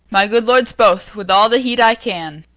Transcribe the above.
my good lords both, with all the heed i can.